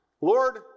Lord